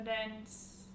confidence